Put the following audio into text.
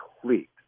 complete